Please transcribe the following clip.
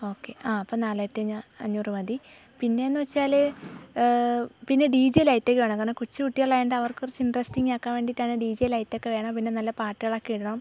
okay ആ അപ്പം നാലായിരത്തഞ്ഞാ അഞ്ഞൂറ് മതി പിന്നെയെന്ന് വെച്ചാൽ പിന്നെ ഡി ജെ ലൈറ്റ് ഒക്കെ വേണം കാരണം കൊച്ചു കുട്ടികളായതുകൊണ്ട് അവർക്ക് കുറച്ച് ഇൻട്രസ്റ്റിങ് ആക്കാൻ വേണ്ടിയിട്ടാണ് ഡി ജെ ലൈറ്റ് ഒക്കെ വേണം പിന്നെ നല്ല പാട്ടുകളൊക്കെ ഇടണം